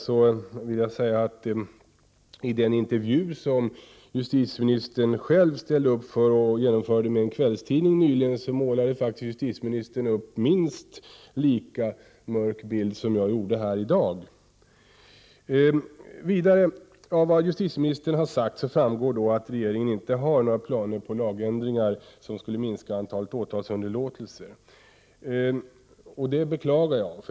Då vill jag säga att i den intervju som justitieministern ställde upp för och genomförde med en kvällstidning nyligen målar hon faktiskt upp en minst lika mörk bild. Av vad justitieministern har sagt framgår att regeringen inte har några planer på lagändringar, som skulle göra att antalet åtalsunderlåtelser minskar. Det beklagar jag.